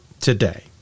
today